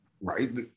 Right